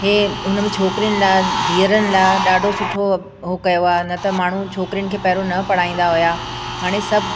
हे हुन में छोकिरियुनि लाइ धीअरुनि लाइ ॾाढो सुठो हो कयो आहे न त माण्हू छोकिरियुनि खे पहिरियों न पढ़ाईंदा हुया हाणे सभु